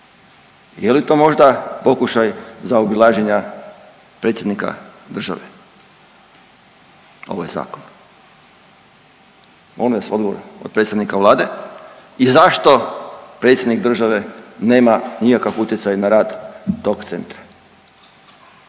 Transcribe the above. Je li to možda pokušaj zaobilaženja Predsjednika države? Ovo je zakon. Molim vas odgovor potpredsjednika Vlade i zašto predsjednik države nema nikakav utjecaj na rad tog Centra?